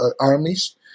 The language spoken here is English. armies